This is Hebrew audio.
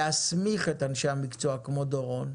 להסמיך את אנשי המקצוע כמו דורון,